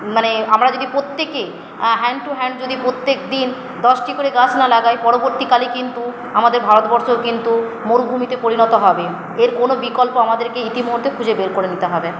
মানে আমরা যদি প্রত্যেকে হ্যান্ড টু হ্যান্ড যদি প্রত্যেক দিন দশটি করে গাছ না লাগাই পরবর্তীকালে কিন্তু আমাদের ভারতবর্ষও কিন্তু মরুভূমিতে পরিণত হবে এর কোনো বিকল্প আমাদেরকে ইতিমধ্যে খুঁজে বের করে নিতে হবে